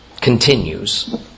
continues